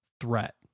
threat